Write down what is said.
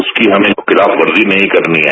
उसकी हमें खिलाफवर्जी नहीं करनी है